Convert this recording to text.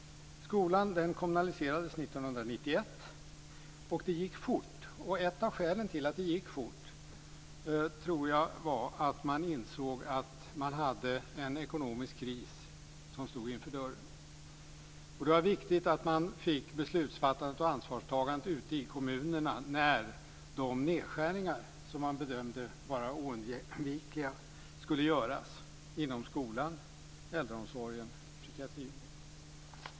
Skolan kommunaliserades 1991. Det gick fort. Ett av skälen till att det gick fort tror jag var att man insåg att en ekonomisk kris stod för dörren. Det var viktigt att man fick beslutsfattandet och ansvarstagandet ute i kommunerna när de nedskärningar som man bedömde vara oundvikliga skulle göras inom skolan, äldreomsorgen och psykiatrin.